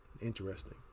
Interesting